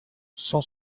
cent